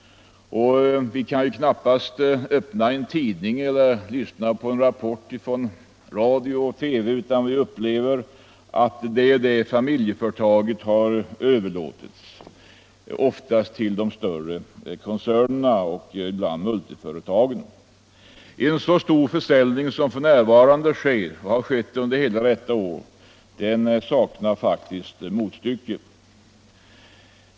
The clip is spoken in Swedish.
Vi kan knappast öppna en tidning eller lyssna på en rapport i radio eller TV utan att uppleva att det och det familjeföretaget har överlåtits, oftast till de större koncernerna och ibland till multiföretagen. Den stora försäljning som f. n. sker och har skett under detta år saknar faktiskt motstycke.